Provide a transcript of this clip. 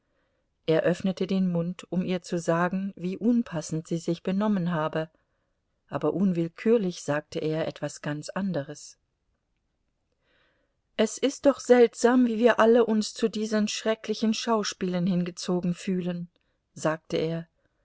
öffnete den mund um ihr zu sagen wie unpassend sie sich benommen habe aber unwillkürlich sagte er etwas ganz anderes es ist doch seltsam wie wir alle uns zu diesen schrecklichen schauspielen hingezogen fühlen sagte er